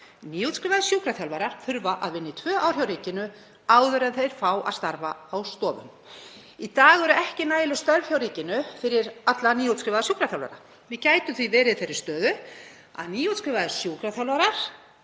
Nýútskrifaðir sjúkraþjálfarar þurfa að vinna í tvö ár hjá ríkinu áður en þeir fá að starfa á stofum. Í dag eru ekki nægileg störf hjá ríkinu fyrir alla nýútskrifaða sjúkraþjálfara. Við gætum því verið í þeirri stöðu að nýútskrifaðir sjúkraþjálfarar